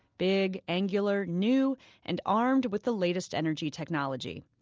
big, angular, new and armed with the latest energy technology.